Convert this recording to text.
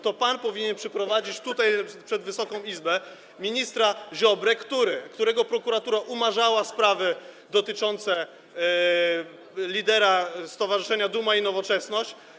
To pan powinien przyprowadzić tutaj, przed Wysoką Izbę, ministra Ziobrę, którego prokuratura umarzała sprawy dotyczące lidera stowarzyszenia Duma i Nowoczesność.